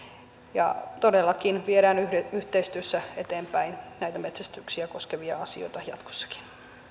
todellakin viedään yhteistyössä eteenpäin näitä metsästystä koskevia asioita jatkossakin